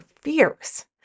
fierce